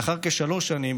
לאחר כשלוש שנים,